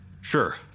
Sure